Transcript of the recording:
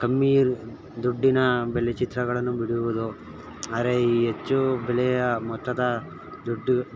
ಕಮ್ಮಿ ದುಡ್ಡಿನ ಬೆಲೆ ಚಿತ್ರಗಳನ್ನು ಬಿಡುವುದು ಆರೆ ಈ ಹೆಚ್ಚು ಬೆಲೆಯ ಮೊತ್ತದ ದುಡ್ಡು